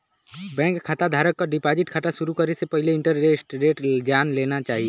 bank खाता धारक क डिपाजिट खाता शुरू करे से पहिले इंटरेस्ट रेट जान लेना चाही